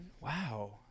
Wow